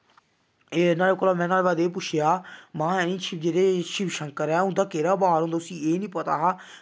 एह् नाह्ड़े कोला में नाह्ड़े बाद एह् पुच्छेआ महां शिवजी दे जेह्ड़े शिवशंकर ऐ उं'दा केह्ड़ा बार होंदा उसी एह् निं पता हा